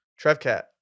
Trevcat